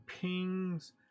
pings